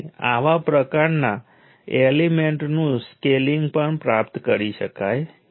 અને N ટર્મિનલ્સમાં I1 I2 જે IN સુધીના તમામ કરંન્ટસ હોય છે